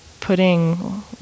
putting